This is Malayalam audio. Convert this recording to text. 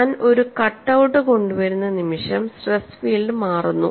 ഞാൻ ഒരു കട്ട് ഔട്ട് കൊണ്ടുവരുന്ന നിമിഷം സ്ട്രെസ് ഫീൽഡ് മാറുന്നു